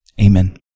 Amen